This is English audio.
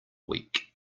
week